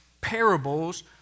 parables